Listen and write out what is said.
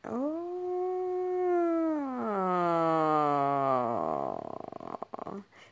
oh